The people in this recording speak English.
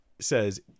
says